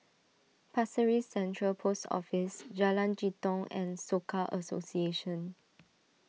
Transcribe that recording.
Pasir Ris Central Post Office Jalan Jitong and Soka Association